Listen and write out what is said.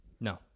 No